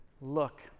look